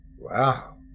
Wow